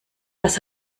das